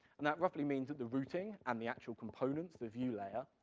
and that roughly means that the routing, and the actual components, the view layer,